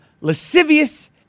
lascivious